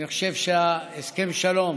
אני חושב שהסכם שלום